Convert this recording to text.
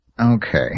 Okay